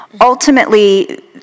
ultimately